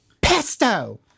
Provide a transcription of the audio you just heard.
Pesto